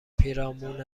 پیرامون